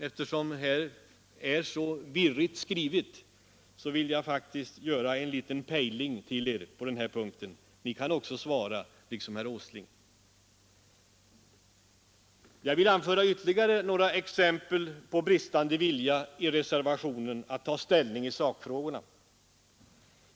Eftersom det här är så oklart skrivet vill jag faktiskt pejla er inställning på den här punkten. Ni kan också svara på min fråga. Jag vill anföra ytterligare några exempel på bristande vilja i reservationen att ta ställning i sakfrågorna.